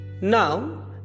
Now